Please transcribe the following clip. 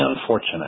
unfortunate